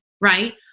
right